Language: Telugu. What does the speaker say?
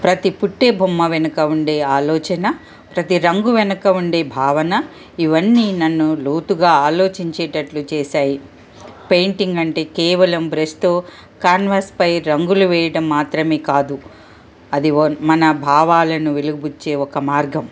ప్రతి పుట్టే బొమ్మ వెనుక ఉండే ఆలోచన ప్రతి రంగు వెనుక ఉండే భావన ఇవన్నీ నన్ను లోతుగా ఆలోచించేటట్లు చేశాయి పెయింటింగ్ అంటే కేవలం బ్రష్తో క్యాన్వాస్పై రంగులు వేయడం మాత్రమే కాదు అది మన భావాలను వెలిబుచ్చే ఒక మార్గం